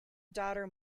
daughter